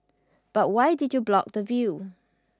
but why did you block the view